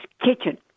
kitchen